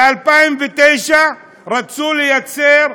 ב-2009 רצו לייצר,